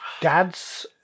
dad's